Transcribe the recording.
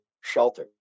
shelter